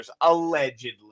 Allegedly